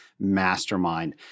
Mastermind